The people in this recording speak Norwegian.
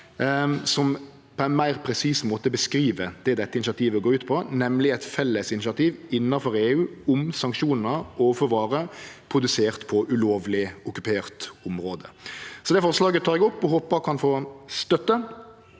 som på ein meir presis måte beskriv det dette initiativet går ut på, nemleg eit felles initiativ innanfor EU om sanksjonar og for varer produserte på ulovleg okkupert område. Det forslaget tek eg opp og håpar det kan få støtte,